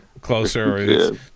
Closer